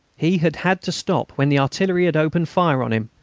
he had had to stop when the artillery had opened fire on him,